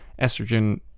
estrogen